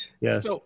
yes